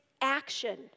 action